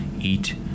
eat